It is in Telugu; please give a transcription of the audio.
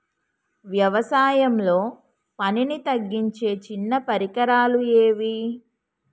వ్యవసాయంలో పనిని తగ్గించే చిన్న పరికరాలు ఏవి?